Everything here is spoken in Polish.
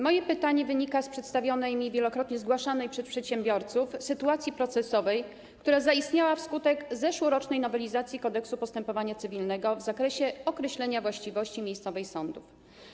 Moje pytanie wynika z przedstawionej mi, wielokrotnie zgłaszanej przez przedsiębiorców, sytuacji procesowej, która zaistniała wskutek zeszłorocznej nowelizacji Kodeksu postępowania cywilnego w zakresie określenia właściwości miejscowej sądów.